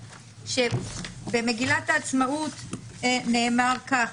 במגילת העצמאות נאמר כך: